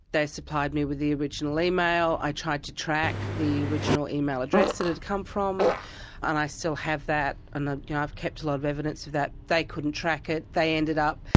they supplied me with the original email, i tried to track the original email address it had come from and i still have that, and you know i've kept a lot of evidence of that they couldn't track it, they ended up,